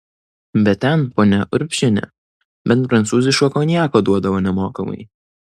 bet ten ponia urbšienė bent prancūziško konjako duodavo nemokamai